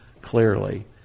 clearly